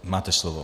Máte slovo.